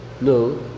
No